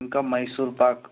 ఇంకా మైసూర్ పాక్